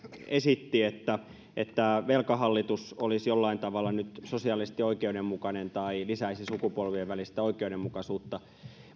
esitti että että velkahallitus olisi jollain tavalla nyt sosiaalisesti oikeudenmukainen tai lisäisi sukupolvien välistä oikeudenmukaisuutta